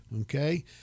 okay